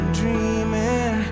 dreaming